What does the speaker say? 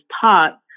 taught